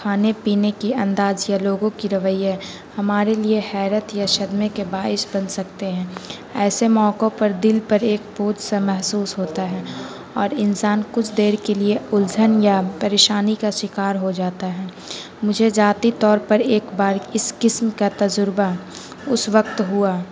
کھانے پینے کی انداز یا لوگوں کی رویہ ہمارے لیے حیرت یا صدمے کے باعث بن سکتے ہیں ایسے موقعوں پر دل پر ایک پوجھ سا محسوس ہوتا ہے اور انسان کچھ دیر کے لیے الجھن یا پریشانی کا شکار ہو جاتا ہے مجھے ذاتی طور پر ایک بار اس قسم کا تجربہ اس وقت ہوا